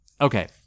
Okay